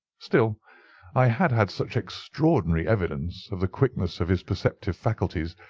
still i had had such extraordinary evidence of the quickness of his perceptive faculties,